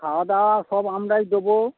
খাওয়া দাওয়া সব আমরাই দেবো